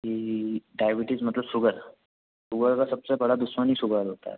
कि डायबिटीज़ मतलब sugar sugar का सबसे बड़ा दुश्मन ही सुगर होता है